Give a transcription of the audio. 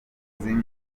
mukuru